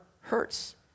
hurts